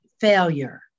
failure